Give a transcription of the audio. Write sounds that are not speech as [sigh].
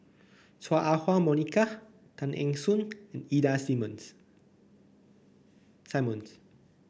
Chua Ah Huwa Monica Tay Eng Soon and Ida Simmons [unintelligible]